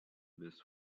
this